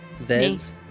Vez